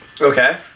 Okay